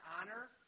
honor